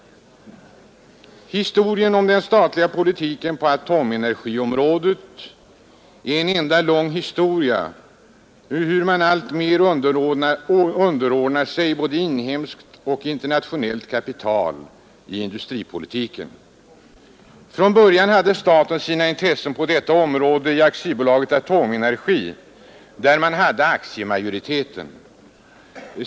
Historien om den statliga politiken på atomenergiområdet är en enda lång berättelse om hur man alltmer underordnar sig både inhemskt och internationellt kapital. Från början hade staten sina intressen på detta område i AB Atomenergi, där man hade aktiemajoriteten.